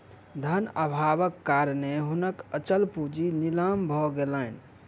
धन अभावक कारणेँ हुनकर अचल पूंजी नीलाम भ गेलैन